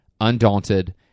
undaunted